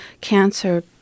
cancer